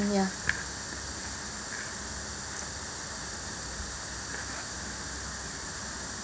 ya